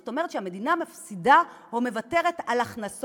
זאת אומרת שהמדינה מפסידה או מוותרת על הכנסות.